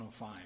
105